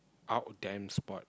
out damn sport